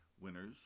Winners